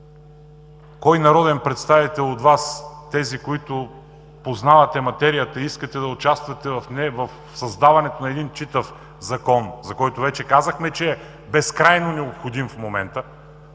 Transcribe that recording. Кой народен представител от Вас – тези, които познавате материята и искате да участвате в създаването на един читав Закон, за който вече казахме, че е безкрайно необходим в момента,